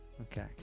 Okay